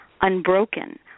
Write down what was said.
Unbroken